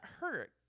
hurt